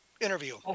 interview